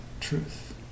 Truth